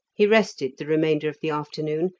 he rested the remainder of the afternoon,